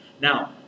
now